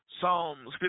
Psalms